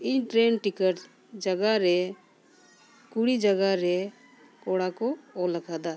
ᱤᱧ train tickets ᱡᱟᱭᱜᱟ ᱨᱮ ᱠᱩᱲᱤ ᱡᱟᱭᱜᱟ ᱨᱮ ᱠᱚᱲᱟ ᱠᱚ ᱚᱞ ᱟᱠᱟᱫᱟ